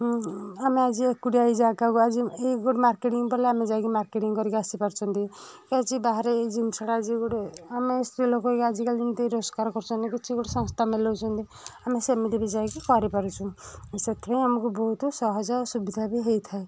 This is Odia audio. ଆମେ ଆଜି ଏକୁଟିଆ ହେଇ ଜାଗାକୁ ଆଜି ଏଇ ଗୋଟେ ମାର୍କେଟିଂ ପଡ଼ିଲେ ଆମେ ଯାଇକି ମାର୍କେଟିଂ କରିକି ଆସିପାରୁଛନ୍ତି କି ଆଜି ବାହାରେ ଏଇ ଜିନିଷଟା ଆଜି ଗୋଟେ ଆମେ ସ୍ତ୍ରୀ ଲୋକ ହେଇ ଆଜିକାଲି ଯେମିତି ରୋଜଗାର କରଛନ୍ତି କିଛି ଗୋଟେ ସଂସ୍ଥା ମେଲାଉଛନ୍ତି ଆମେ ସେମିତି ବି ଯାଇକି କରିପାରୁଛୁ ସେଥିପାଇଁ ଆମକୁ ବହୁତ ସହଜ ଓ ସୁବିଧା ବି ହୋଇଥାଏ